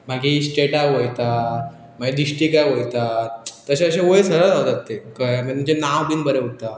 मागी स्टेटाक वयतात मागीर डिस्ट्रीटाक वयतात तशें अशें वयर सरत रावतात तें खंयचे तुचे नांव बीन बरें उरता